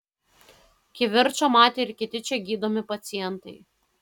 kivirčą matė ir kiti čia gydomi pacientai